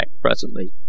presently